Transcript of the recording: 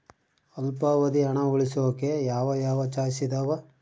ಅಲ್ಪಾವಧಿ ಹಣ ಉಳಿಸೋಕೆ ಯಾವ ಯಾವ ಚಾಯ್ಸ್ ಇದಾವ?